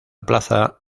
plaza